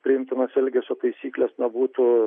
priimtinas elgesio taisykles na būtų